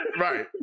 Right